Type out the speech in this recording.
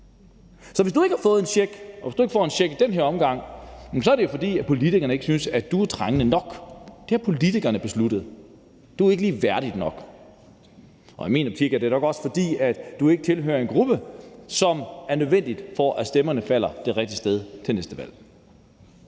og hvis du ikke får en check i den her omgang, er det jo, fordi politikerne ikke synes, at du er trængende nok. Det har politikerne besluttet: Du er ikke lige værdig nok. Og i min optik er det nok også, fordi du ikke tilhører en gruppe, som er nødvendig, for at stemmerne falder det rigtige sted til næste valg.